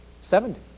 Seventy